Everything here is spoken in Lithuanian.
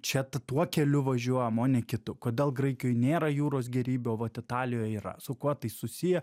čia t tuo keliu važiuojam o ne kitu kodėl graikijoj nėra jūros gėrybių o vat italijoj yra su kuo tai susiję